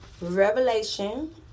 Revelation